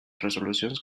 resolucions